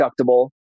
deductible